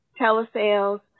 telesales